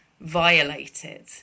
violated